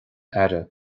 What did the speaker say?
aire